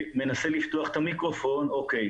מעיריית חיפה, בבקשה.